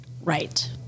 Right